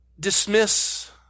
dismiss